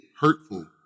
hurtful